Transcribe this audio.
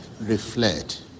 reflect